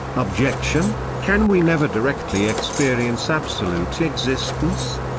objection can we never directly experience absolute existence?